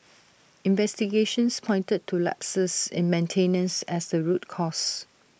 investigations pointed to lapses in maintenance as the root cause